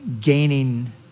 gaining